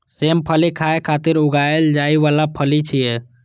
सेम फली खाय खातिर उगाएल जाइ बला फली छियै